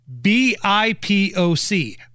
B-I-P-O-C